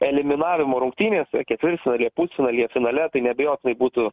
eliminavimo rungtynėse ketvirtfinalyje pusfinalyje finale tai neabejotinai būtų